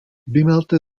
bimmelte